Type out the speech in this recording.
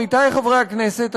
עמיתי חברי הכנסת,